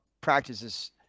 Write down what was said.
practices